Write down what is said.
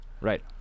Right